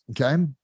okay